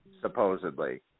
supposedly